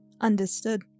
Understood